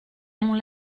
ont